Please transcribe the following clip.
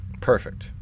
Perfect